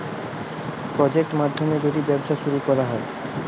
project মাধ্যমে যদি ব্যবসা শুরু করা হয়